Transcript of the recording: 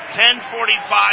10.45